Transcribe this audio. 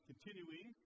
Continuing